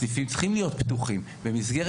הסניפים צריכים להיות פתוחים במסגרת